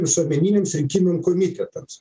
visuomeniniams rinkimų komitetams